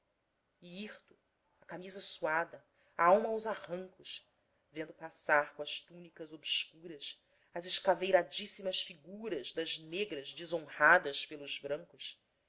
e hirto a camisa suada a alma aos arrancos vendo passar com as túnicas obscuras as escaveiradíssimas figuras das negras desonradas pelos brancos